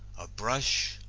a brush,